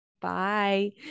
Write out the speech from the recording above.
bye